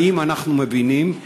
האם אנחנו מבינים,